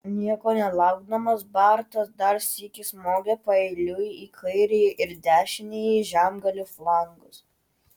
nieko nelaukdamas bartas dar sykį smogė paeiliui į kairįjį ir dešinįjį žemgalių flangus